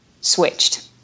switched